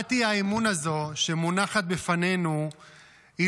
הצעת האי-אמון הזו שמונחת לפנינו היא